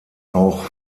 auch